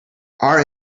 our